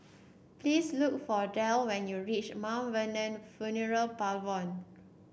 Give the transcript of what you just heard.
please look for Derl when you reach Mt Vernon Funeral Parlours